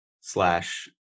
slash